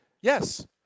Yes